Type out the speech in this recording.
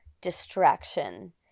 distraction